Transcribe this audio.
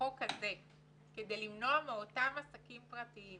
בו על מנת למנוע מאותם עסקים פרטיים